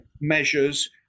measures